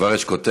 כבר יש כותרת.